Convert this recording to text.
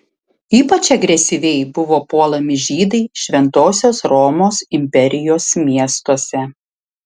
ypač agresyviai buvo puolami žydai šventosios romos imperijos miestuose